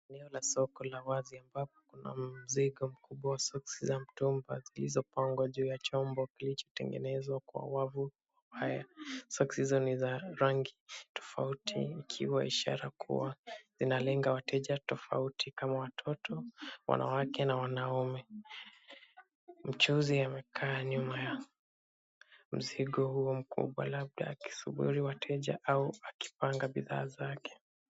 Eneo la soko la wazi ambapo kuna mzigo mkubwa wa soksi za mtumba, zilizopangwa juu ya chombo kilichotengenezwa kwa wavu haya. Soksi hizo ni za rangi tofauti ikiwa ishara kuwa zinalenga wateja tofauti kama watoto, wanawake na wanaume. Mchuuzi amekaa nyuma ya mzigo huo mkubwa labda akisubiri wateja au akipanga bidhaa zake.